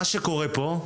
מה שקורה פה,